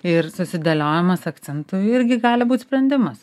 ir susidėliojamas akcentų irgi gali būt sprendimas